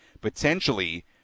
potentially